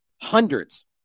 hundreds